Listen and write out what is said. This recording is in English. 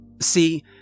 See